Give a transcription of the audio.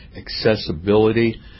accessibility